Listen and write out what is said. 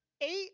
eight